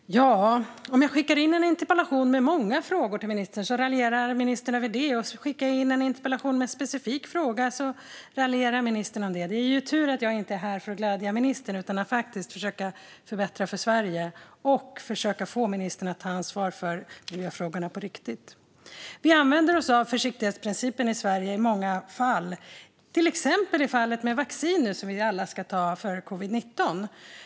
Fru talman! Om jag skickar in en interpellation med många frågor till ministern raljerar ministern över det, och skickar jag in en interpellation med en specifik fråga raljerar ministern om det. Det är tur att jag inte är här för att glädja ministern utan för att försöka förbättra för Sverige och försöka få ministern att ta ansvar för miljöfrågorna på riktigt. Vi använder oss av försiktighetsprincipen i Sverige i många fall. Det gäller till exempel nu i fallet med vaccin som vi alla ska ta för covid-19.